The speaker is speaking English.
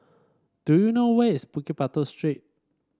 do you know where is Bukit Batok Street